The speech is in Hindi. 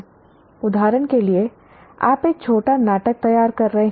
उदाहरण के लिए आप एक छोटा नाटक तैयार कर रहे हैं